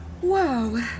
Whoa